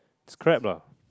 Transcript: it's crap lah